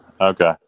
Okay